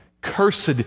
Cursed